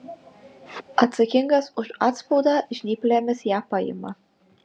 atsakingas už atspaudą žnyplėmis ją paima